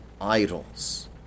idols